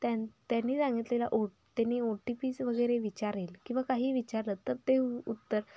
त्यां त्यांनी सांगितलेला ओट त्यांनी ओ टी पीज वगैरे विचारेल किंवा काही विचारलं तर ते उत्तर